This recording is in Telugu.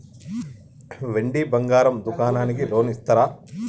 వెండి బంగారం దుకాణానికి లోన్ ఇస్తారా?